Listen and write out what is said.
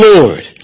Lord